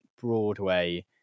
Broadway